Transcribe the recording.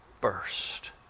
first